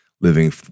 living